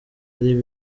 ari